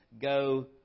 go